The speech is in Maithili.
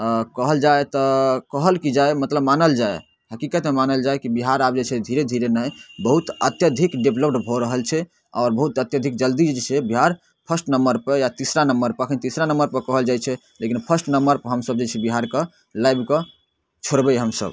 कहल जाय तऽ कहल की जाय मतलब मानल जाय हकीकत मे मानल जाय कि बिहार आब जे छै धीरे धीरे नहि बहुत अत्यधिक डेवलप भऽ रहल छै आओर बहुत अत्यधिक जल्दी जे छै बिहार फर्स्ट नंबर पर या तीसरा नंबर पर अखन तीसरा नंबर पर कहल जाइ छै लेकिन फर्स्ट नंबर पर हमसब जे छै बिहार कऽ लाइब कऽ छोड़बै हमसब